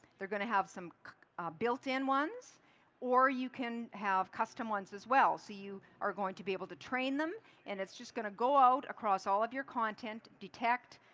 going to have some built in ones or you can have custom ones as well. so you are going to be able to train them and it's just going to go out across all of your content, detecting,